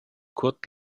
kurt